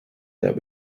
that